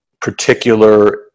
particular